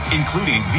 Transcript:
including